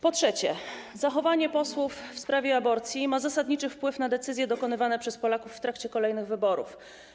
Po trzecie, zachowanie posłów w sprawie aborcji ma zasadniczy wpływ na decyzje podejmowane przez Polaków w trakcie kolejnych wyborów.